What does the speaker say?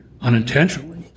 unintentionally